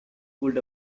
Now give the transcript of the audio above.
pulled